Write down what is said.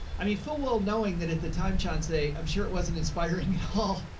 i mean full well knowing that at the time, sean say, i'm sure it wasn't inspiring at all.